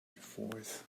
fourth